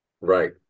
right